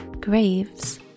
Graves